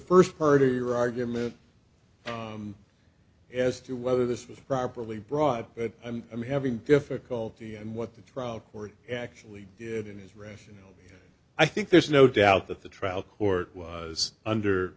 first part of your argument as to whether this was properly brought but i'm having difficulty and what the trial court actually did in his rationale i think there's no doubt that the trial court was under